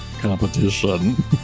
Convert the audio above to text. competition